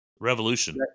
Revolution